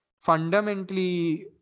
Fundamentally